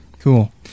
cool